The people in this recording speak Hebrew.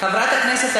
יש.